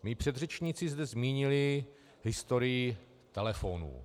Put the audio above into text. Mí předřečníci zde zmínili historii telefonů.